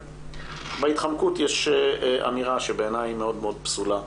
בהתחמקות יש אמירה שבעיניי היא מאוד מאוד פסולה,